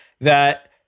that-